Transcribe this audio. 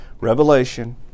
Revelation